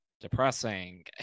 depressing